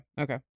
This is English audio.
Okay